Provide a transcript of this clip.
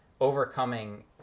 overcoming